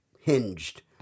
hinged